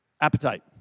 appetite